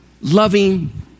loving